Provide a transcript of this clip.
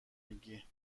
میگی